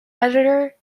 editor